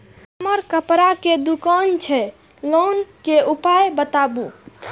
हमर कपड़ा के दुकान छै लोन के उपाय बताबू?